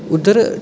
उद्धर